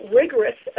rigorous